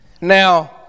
Now